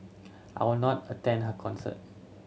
I would not attend her concerts